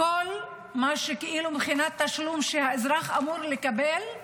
הכול, מה שמבחינת התשלום שהאזרח אמור לקבל,